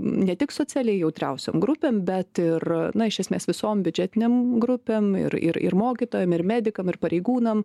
ne tik socialiai jautriausiom grupėm bet ir na iš esmės visam biudžetinėm grupėm ir ir ir mokytojam ir medikam ir pareigūnam